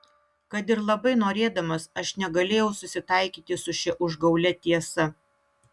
kad ir labai norėdamas aš negalėjau susitaikyti su šia užgaulia tiesa